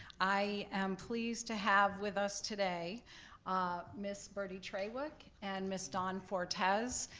i am pleased to have with us today ah miss bertie trawick and miss dawn fortes.